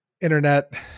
internet